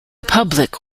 public